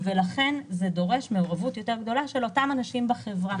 לכן זה דורש מעורבות גדולה יותר של אנשים בחברה.